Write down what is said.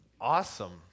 Awesome